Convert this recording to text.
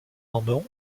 amont